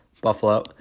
Buffalo